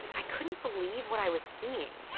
i couldn't believe what i was seeing.